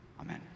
Amen